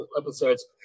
episodes